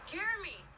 Jeremy